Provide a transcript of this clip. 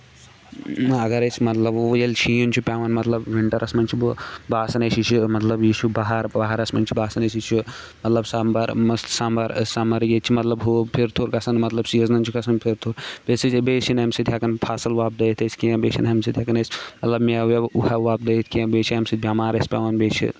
اَگر أسۍ مطلب ییٚلہِ شیٖن چھُ پیوان مطلب وِننٛٹرَس منٛز چھُ باسان اَسہِ یہِ چھُ مطلب یہِ چھُ بہار بہارَس منٛز چھُ باسان اَسہِ یہِ چھُ مطلب سَمبر سَمر سمر مطلب ییٚتہِ چھُ ہہُ پھِرٕ تُھر گژھان مطلب سیٖزنن چھُ گژھان پھِرٕ تُھر بیٚیہِ چھِ نہٕ اَمہِ سۭتۍ ہٮ۪کان فصٕل وۄپدٲیِتھ أسۍ کیٚنٛہہ بیٚیہِ چھِ نہٕ اَمہِ سۭتۍ ہٮ۪کان أسۍ مطلب میوٕ ویوٕ وۄپدٲیِتھ کیٚنٛہہ بیٚیہِ چھِ اَمہِ سۭتۍ بیمار أسۍ پیوان بیٚیہِ چھِ